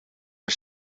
are